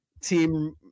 team